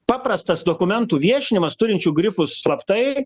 paprastas dokumentų viešinimas turinčių grifus slaptai